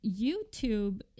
YouTube